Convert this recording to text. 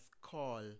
call